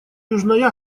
южной